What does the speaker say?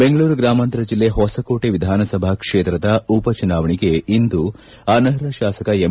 ಬೆಂಗಳೂರು ಗ್ರಾಮಾಂತರ ಜಿಲ್ಲೆ ಹೊಸಕೋಟೆ ವಿಧಾನಸಭಾ ಕ್ಷೇತ್ರದ ಉಪ ಚುನಾವಣೆಗೆ ಇಂದು ಅನರ್ಹ ಶಾಸಕ ಎಂ